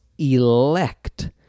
Elect